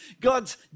God's